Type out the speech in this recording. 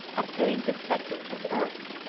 obtained the sceptre of the earth.